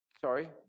sorry